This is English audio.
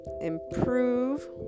improve